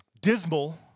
dismal